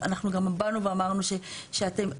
אנחנו גם באנו ואמרנו שאתם,